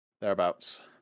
Thereabouts